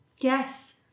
Yes